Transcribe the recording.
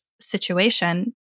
situation